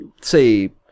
say